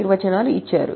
నిర్వచనాలు ఇచ్చారు